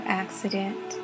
accident